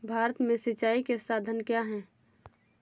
भारत में सिंचाई के साधन क्या है?